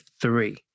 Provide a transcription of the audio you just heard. three